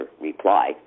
reply